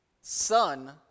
son